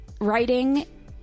writing